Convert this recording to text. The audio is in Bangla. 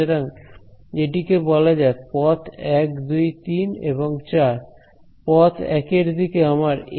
সুতরাং এটিকে বলা যাক পথ 1 2 3 এবং 4 পথ 1 এর দিকে আমার কি